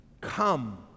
come